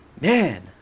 Man